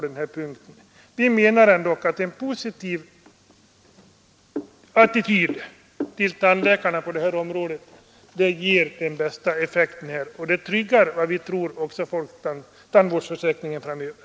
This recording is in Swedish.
Vi menar att en positiv attityd till tandläkarna på det här området ändock ger den bästa effekten, och den tryggar, som vi tror, också tandvårdsförsäkringen framöver.